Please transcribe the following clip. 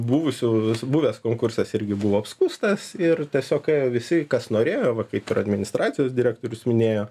buvusių buvęs konkursas irgi buvo apskųstas ir tiesiog ėjo visi kas norėjo va kaip ir administracijos direktorius minėjo